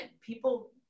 people